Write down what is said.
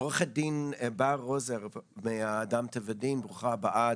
עוה"ד בר רוזוב מ'אדם טבע ודין', ברוכה הבאה.